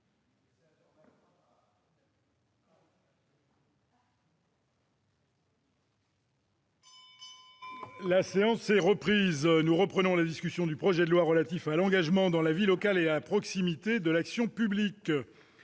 La séance est reprise. Nous poursuivons la discussion du projet de loi relatif à l'engagement dans la vie locale et à la proximité de l'action publique.